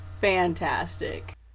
fantastic